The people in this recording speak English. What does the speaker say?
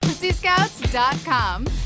Pussyscouts.com